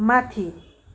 माथि